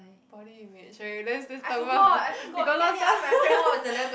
body image okay let's let's talk about we got a lot of stuff